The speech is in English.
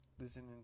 listening